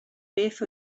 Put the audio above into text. beth